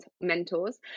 mentors